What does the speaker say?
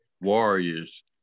Warriors